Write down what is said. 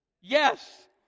Yes